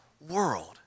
world